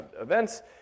events